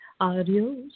Adios